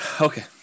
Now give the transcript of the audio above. okay